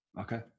Okay